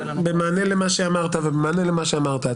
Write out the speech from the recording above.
במענה למה שאמרת ובמענה למה שאת אמרת,